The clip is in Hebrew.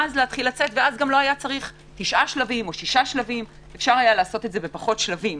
ואז אפשר היה לעשות את זה בפחות שלבים.